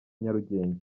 nyarugenge